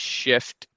shift